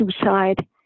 suicide